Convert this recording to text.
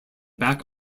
back